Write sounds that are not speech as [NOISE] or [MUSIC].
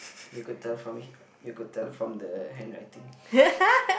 you could tell from he you could tell from the handwriting [LAUGHS]